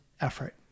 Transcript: effort